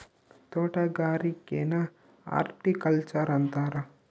ತೊಟಗಾರಿಕೆನ horticulture ಅಂತಾರ